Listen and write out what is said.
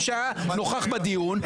מי שהיה נוכח בדיון,